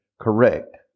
correct